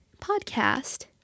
podcast